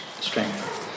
strength